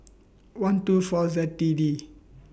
one two four Z T D